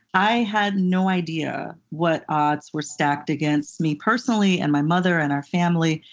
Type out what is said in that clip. i had no idea what odds were stacked against me personally, and my mother and our family,